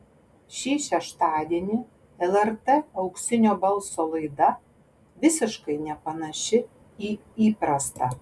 šį šeštadienį lrt auksinio balso laida visiškai nepanaši į įprastą